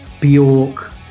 Bjork